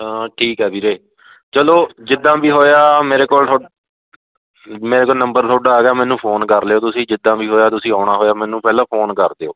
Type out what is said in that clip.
ਠੀਕ ਆ ਵੀਰੇ ਚਲੋ ਜਿੱਦਾਂ ਵੀ ਹੋਇਆ ਮੇਰੇ ਕੋਲ ਤੁਡ ਮੇਰੇ ਕੋਲ ਨੰਬਰ ਤੁਹਾਡਾ ਆ ਗਿਆ ਮੈਨੂੰ ਫੋਨ ਕਰ ਲਿਓ ਤੁਸੀਂ ਜਿੱਦਾਂ ਵੀ ਹੋਇਆ ਤੁਸੀਂ ਆਉਣਾ ਹੋਇਆ ਮੈਨੂੰ ਪਹਿਲਾਂ ਫੋਨ ਕਰ ਦਿਓ